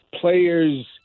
players